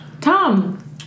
Tom